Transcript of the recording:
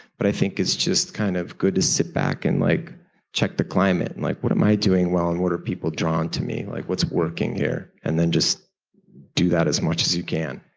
but i think it's just kind of good to sit back and like check the climate and like, what am i doing well and what are people drawn to me? like what's working here? and then just do that as much as you can.